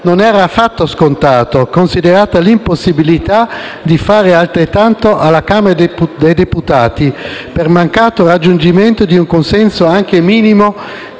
Grazie